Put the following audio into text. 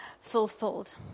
fulfilled